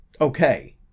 okay